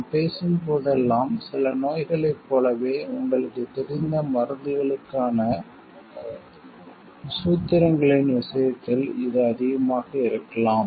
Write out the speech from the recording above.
நாம் பேசும் போதெல்லாம் சில நோய்களைப் போலவே உங்களுக்குத் தெரிந்த மருந்துகளுக்கான சூத்திரங்களின் விஷயத்தில் இது அதிகமாக இருக்கலாம்